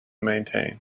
maintain